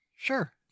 Sure